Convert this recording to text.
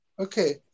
Okay